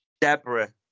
Deborah